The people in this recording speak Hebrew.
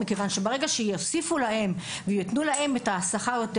מכיוון שכשיוסיפו להם את השכר,